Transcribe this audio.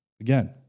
Again